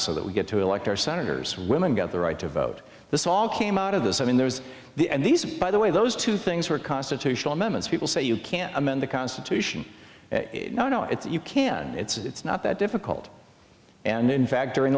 so that we get to elect our senators women got the right to vote this all came out of this i mean there's the and these are by the way those two things were constitutional amendments people say you can't amend the constitution i don't know if you can it's not that difficult and in fact during